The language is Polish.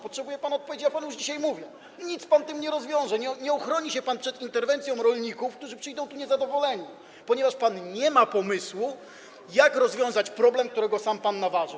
Potrzebuje pan odpowiedzi, ja panu już dzisiaj mówię - nic pan tym nie rozwiąże, nie uchroni się pan przed interwencją rolników, którzy przyjdą tu niezadowoleni, ponieważ pan nie ma pomysłu, jak rozwiązać problem, którego sam pan nawarzył.